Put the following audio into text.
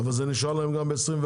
אבל זה נשאר להם גם ב-2024.